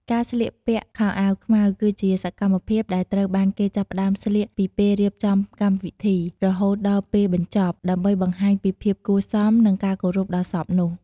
ការស្លៀកពាក់ខោអាវខ្មៅ គឺជាសកម្មភាពដែលត្រូវបានគេចាប់ផ្ដើមស្លៀកពីពេលរៀបចំកម្មវិធី រហូតដល់ពេលបញ្ចប់ ដើម្បីបង្ហាញពីភាពគួរសម និងការគោរពដល់សពនោះ។